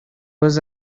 was